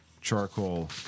charcoal